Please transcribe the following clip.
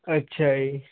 ਅੱਛਾ ਜੀ